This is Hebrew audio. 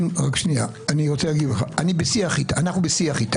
אנחנו בשיח איתם.